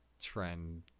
trend